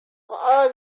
are